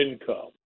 income